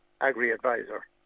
Agri-Advisor